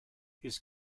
his